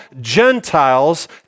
Gentiles